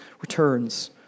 returns